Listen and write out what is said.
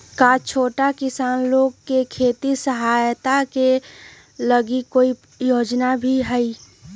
का छोटा किसान लोग के खेती सहायता के लगी कोई योजना भी हई?